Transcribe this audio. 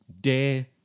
Dare